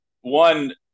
one